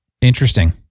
Interesting